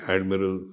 Admiral